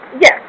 Yes